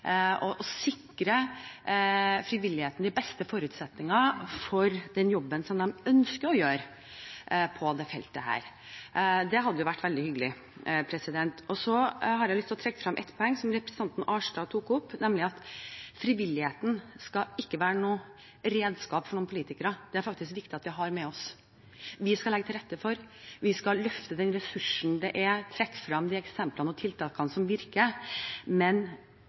og sikrer frivilligheten de beste forutsetninger for den jobben de ønsker å gjøre på dette feltet. Det hadde vært veldig hyggelig. Så har jeg lyst til å trekke frem et poeng, som representanten Arnstad tok opp, nemlig at frivilligheten ikke skal være et redskap for noen politikere. Det er det faktisk viktig at vi har med oss. Vi skal legge til rette for, vi skal løfte den ressursen det er, trekke frem de eksemplene og tiltakene som virker, men